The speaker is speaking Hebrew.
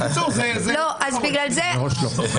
מראש לא.